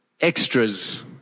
extras